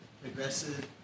progressive